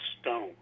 stone